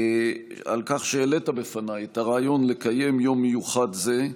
על כך שהעלית בפניי את הרעיון לקיים יום מיוחד זה,